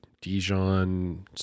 Dijon